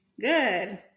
Good